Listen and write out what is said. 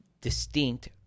distinct